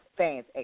Fans